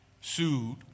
sued